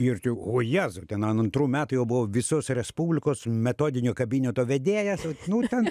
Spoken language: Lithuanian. ir čia o jėzau ten an antrų metų jau buvau visos respublikos metodinio kabineto vedėjas o nu ten